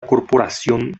corporación